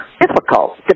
difficult